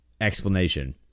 explanation